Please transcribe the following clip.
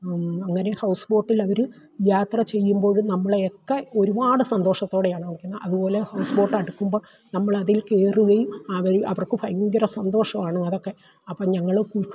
അങ്ങനെ ഹൗസ് ബോട്ടിൽ അവര് യാത്ര ചെയ്യുമ്പോഴും നമ്മളെ ഒക്കെ ഒരുപാട് സന്തോഷത്തോടെയാണ് നിൽക്കുന്നത് അതുപോലെ ഹൗസ് ബോട്ട് അടുക്കുമ്പോൾ നമ്മള് അതിൽ കയറുകയും അവര് അവർക്ക് ഭയങ്കര സന്തോഷവാണ് അതൊക്കെ അപ്പം ഞങ്ങള്